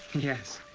yes,